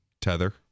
Tether